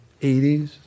80s